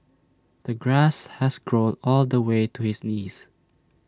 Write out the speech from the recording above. the grass has grown all the way to his knees